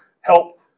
help